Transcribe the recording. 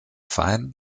fein